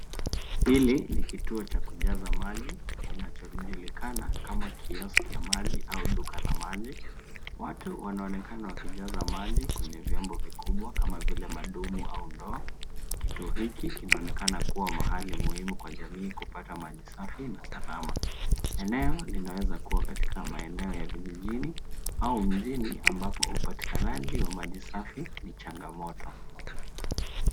Hili ni kituo cha kujaza maji kinacholijulikana kama kioski ya maji au duka la maji. Watu wanaonekana wakijaza maji kwenye viombo vikubwa kama vile madumu au ndoo. Kituo hiki kinaonekana kuwa mahali muhimu kwa jamii kupata maji safi na salama. Eneo linweza kuwa katika maeneo ya vijijini au mjini ambapo upatikanaji wa maji safi ni changamoto.